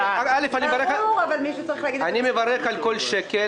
אני מברך על כל שקל,